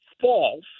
false